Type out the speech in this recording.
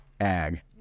ag